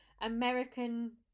american